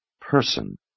person